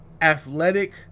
athletic